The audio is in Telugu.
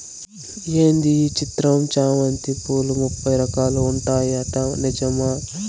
ఏంది ఈ చిత్రం చామంతి పూలు ముప్పై రకాలు ఉంటాయట నిజమా